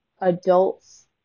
adults